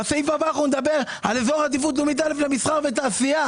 בסעיף הבא נדבר על אזור עדיפות לאומית א' למסחר ותעשייה.